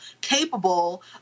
capable